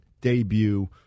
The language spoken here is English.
debut